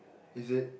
is it